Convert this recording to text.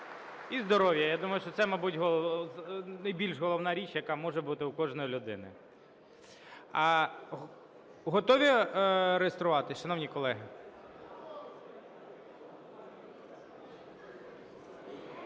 і здоров'я. (Оплески) Я думаю, що це, мабуть, найбільш головна річ, яка може бути у кожної людини. Готові реєструватись, шановні колеги?